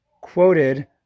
quoted